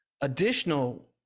additional